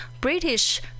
British